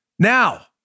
Now